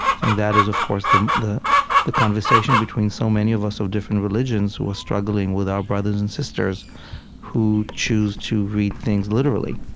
think that is, of course, the the conversation between so many of us of different religions who are struggling with our brothers and sisters who choose to read things literally